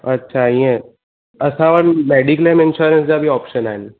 अछा ईअं असां वटि मेडीक्लेम इंशयोरेंस जा बि ऑपशन आहिनि